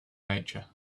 nature